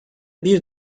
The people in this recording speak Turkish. bir